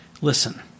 Listen